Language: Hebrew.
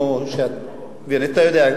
ואתה יודע,